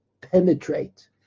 penetrate